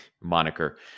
moniker